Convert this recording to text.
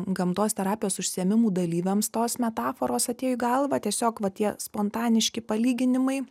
gamtos terapijos užsiėmimų dalyviams tos metaforos atėjo į galvą tiesiog va tie spontaniški palyginimai